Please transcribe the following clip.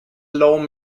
lawn